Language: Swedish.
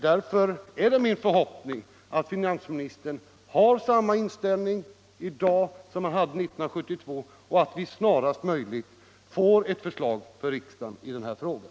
Därför är det min förhoppning att finansministern har samma inställning i dag som han hade 1972 och att riksdagen snarast möjligt får ett förslag i den här frågan.